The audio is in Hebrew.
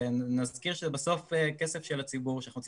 ונזכיר שבסוף זה כסף של הציבור שאנחנו רוצים